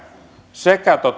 sekä